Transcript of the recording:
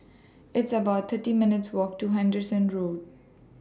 It's about thirty minutes' Walk to Henderson Road